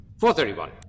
431